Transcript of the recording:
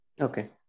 Okay